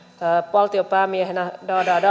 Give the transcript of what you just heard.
valtionpäämiehenä